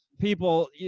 people